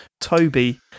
Toby